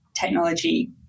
technology